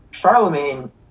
Charlemagne